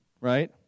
right